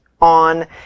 on